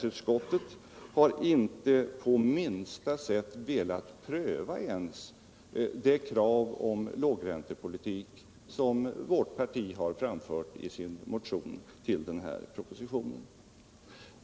Utskottet har inte på minsta sätt ling, m.m. velat pröva det krav på lågräntepolitik som vårt parti har framfört i sin motion med anledning av denna proposition.